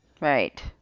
Right